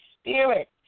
Spirit